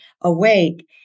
awake